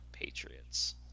patriots